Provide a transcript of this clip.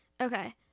Okay